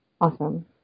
Awesome